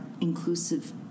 inclusive